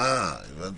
אה, הבנתי.